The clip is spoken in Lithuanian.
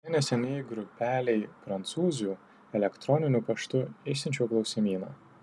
visai neseniai grupelei prancūzių elektroniniu paštu išsiunčiau klausimyną